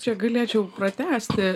čia galėčiau pratęsti